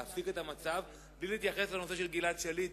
להפסיק את המצב, בלי להתייחס לנושא של גלעד שליט.